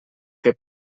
que